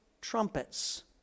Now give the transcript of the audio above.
trumpets